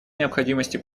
необходимости